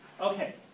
Okay